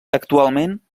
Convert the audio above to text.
actualment